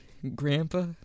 Grandpa